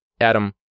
Adam